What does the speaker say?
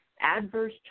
adverse